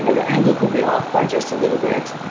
and the angle could be off by just a little bit.